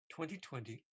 2020